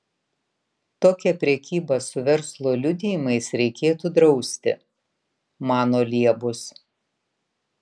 tokią prekybą su verslo liudijimais reikėtų drausti mano liebus